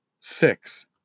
six